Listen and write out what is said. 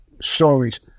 stories